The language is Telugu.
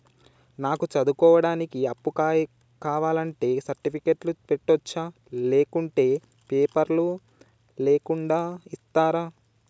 నాకు చదువుకోవడానికి అప్పు కావాలంటే సర్టిఫికెట్లు పెట్టొచ్చా లేకుంటే పేపర్లు లేకుండా ఇస్తరా?